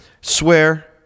swear